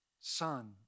son